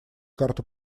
карту